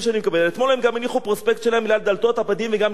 "אתמול הם גם הניחו פרוספקט שלהם ליד דלתות הבתים וגם ליד דלת ביתי.